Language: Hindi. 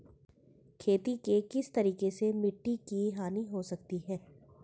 खेती के किस तरीके से मिट्टी की हानि हो सकती है?